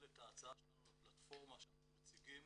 את ההצעה שלנו לפלטפורמה שאנחנו מציגים,